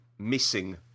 Missing